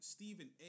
Stephen